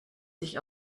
sich